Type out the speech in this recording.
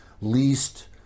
least